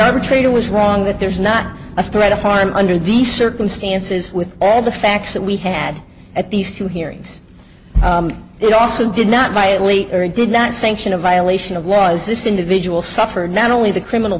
arbitrator was wrong that there is not a threat of harm under these circumstances with all the facts that we had at these two hearings they also did not violate or did not sink in a violation of laws this individual suffered not only the criminal